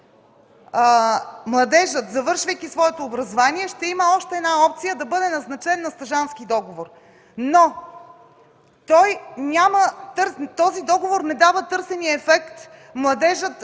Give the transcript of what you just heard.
младежът, завършвайки своето образование, ще има още една опция да бъде назначен на стажантски договор, но този договор не дава търсения ефект на младежа